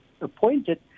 appointed